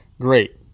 Great